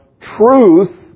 truth